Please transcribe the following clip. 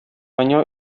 baino